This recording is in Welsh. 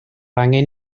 angen